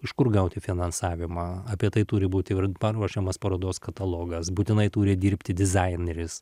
iš kur gauti finansavimą apie tai turi būti paruošiamas parodos katalogas būtinai turi dirbti dizaineris